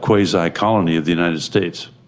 quasi-colony of the united states.